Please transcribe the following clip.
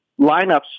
lineups